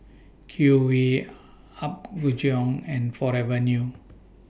Q V Apgujeong and Forever New